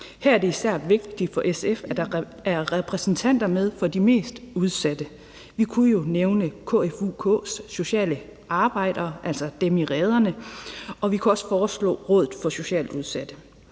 Her er det især vigtigt for SF, at der er repræsentanter med for de mest udsatte. Vi kunne jo nævne KFUKs Sociale Arbejde, altså dem, der arbejder i rederne, og vi kunne også foreslå Rådet for Socialt Udsatte.